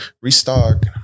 restock